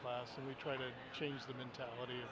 class and we try to change the mentality